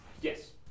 Yes